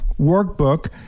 workbook